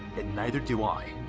and neither do i.